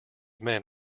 men